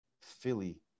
Philly